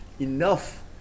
enough